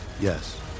Yes